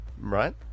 Right